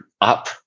up